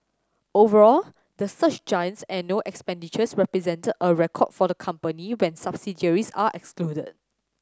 overall the search giant's annual expenditures represented a record for the company when subsidiaries are excluded